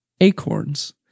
acorns